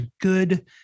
good